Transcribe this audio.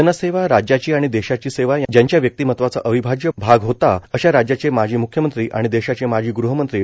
जनसेवा राज्याची आणि देशाची सेवा ज्यांच्या व्यक्तिमत्त्वाचा अविभाज्य भाग होता अशा राज्याचे माजी म्ख्यमंत्री आणि देशाचे माजी ग़हमंत्री स्व